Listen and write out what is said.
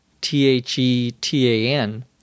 T-H-E-T-A-N